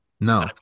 No